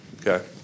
Okay